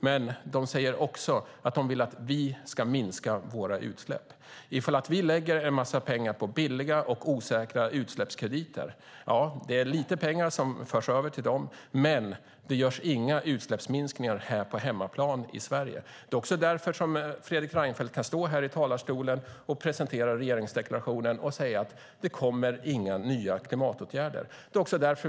Men de säger också att de vill att vi ska minska våra utsläpp. Lägger vi en massa pengar på billiga och osäkra utsläppskrediter är det lite pengar som förs över till dem, men det görs inga utsläppsminskningar här på hemmaplan. Det är också därför som Fredrik Reinfeldt kan stå här i talarstolen och presentera regeringsförklaringen och säga att det inte kommer några nya klimatåtgärder.